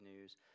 news